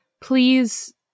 please